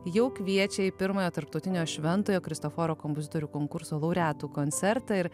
jau kviečia į pirmojo tarptautinio šventojo kristoforo kompozitorių konkurso laureatų koncertą ir